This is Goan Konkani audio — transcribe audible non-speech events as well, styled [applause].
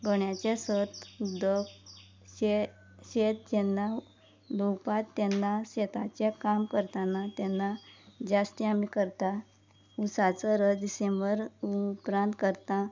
गोंड्याचें सत्व उदक [unintelligible] शेत जेन्ना लुंवतात तेन्ना शेताचें काम करतना तेन्ना जास्ती आमी करता उसाचो रोस डिसेंबर उपरांत करता